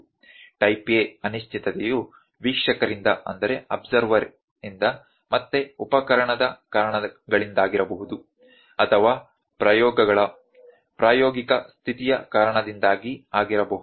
type A ಅನಿಶ್ಚಿತತೆಯು ವೀಕ್ಷಕರಿಂದ ಮತ್ತೆ ಉಪಕರಣದ ಕಾರಣದಿಂದಾಗಿರಬಹುದು ಅಥವಾ ಪ್ರಯೋಗಗಳ ಪ್ರಾಯೋಗಿಕ ಸ್ಥಿತಿಯ ಕಾರಣದಿಂದಾಗಿ ಆಗಿರಬಹುದು